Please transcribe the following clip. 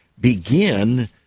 begin